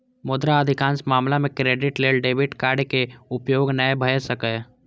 मुदा अधिकांश मामला मे क्रेडिट लेल डेबिट कार्डक उपयोग नै भए सकैए